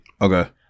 Okay